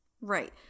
Right